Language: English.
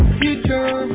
future